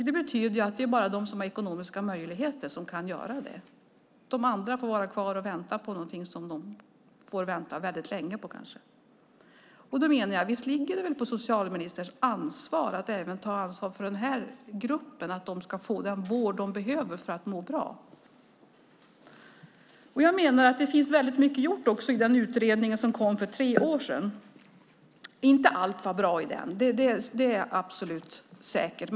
Det betyder att det är bara de som har ekonomiska möjligheter som kan göra det. De andra får vara kvar och får kanske vänta väldigt länge. Visst är det väl socialministerns ansvar att även personer i den här gruppen ska få den vård de behöver för att må bra? Jag menar att det finns väldigt mycket gjort i den utredning som kom för tre år sedan. Det var inte allt som var bra i den. Det är helt klart.